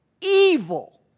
evil